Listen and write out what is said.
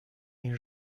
این